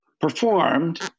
performed